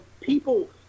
people